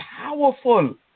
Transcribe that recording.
powerful